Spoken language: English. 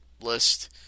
list